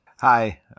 Hi